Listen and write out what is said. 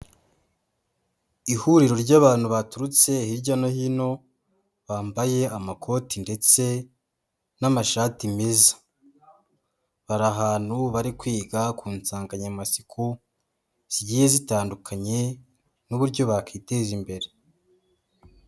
Ihuriro ry'abantu baturutse hirya no hino, bambaye amakoti ndetse n'amashati meza; bari ahantu bari kwiga ku nsanganyamatsiko zigiye zitandukanye n'uburyo bakwiteza imbere.